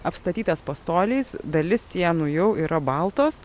apstatytas pastoliais dalis sienų jau yra baltos